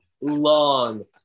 long